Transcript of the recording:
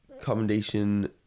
commendation